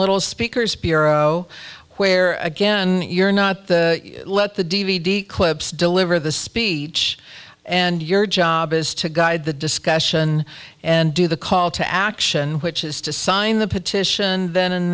little speakers bureau where again you're not the let the d v d clips deliver the speech and your job is to guide the discussion and do the call to action which is to sign the petition then